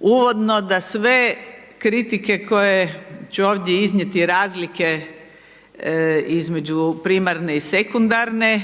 uvodno da sve kritike koje ću ovdje iznijeti razlike između primarne i sekundarne,